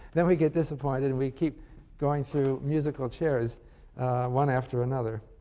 then we get disappointed and we keep going through musical chairs one after another.